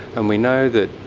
and we know that